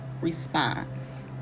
response